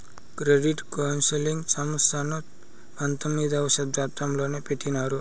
credit counselling సంస్థను పంతొమ్మిదవ శతాబ్దంలోనే పెట్టినారు